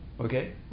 okay